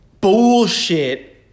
bullshit